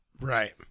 right